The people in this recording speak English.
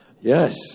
Yes